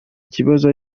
kibazo